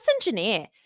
engineer